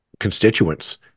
constituents